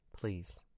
please